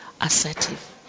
assertive